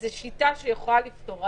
זו שיטה שיכולה לפתור,